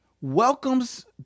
welcomes